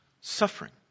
suffering